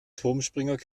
turmspringer